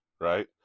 Right